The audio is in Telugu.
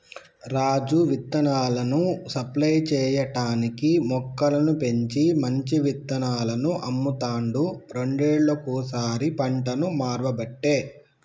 రాజు విత్తనాలను సప్లై చేయటానికీ మొక్కలను పెంచి మంచి విత్తనాలను అమ్ముతాండు రెండేళ్లకోసారి పంటను మార్వబట్టే